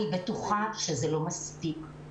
אני בטוחה שזה לא מספיק.